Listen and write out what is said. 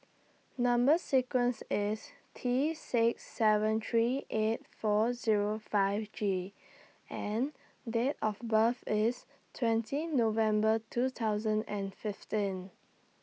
Number sequence IS T six seven three eight four Zero five G and Date of birth IS twenty November two thousand and fifteen